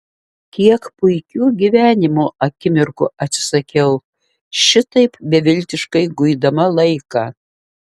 kiek puikių gyvenimo akimirkų atsisakiau šitaip beviltiškai guidama laiką